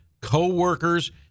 co-workers